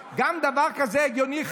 גם בדבר כזה הגיוני,